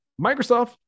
Microsoft